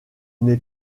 n’est